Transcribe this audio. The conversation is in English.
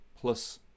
plus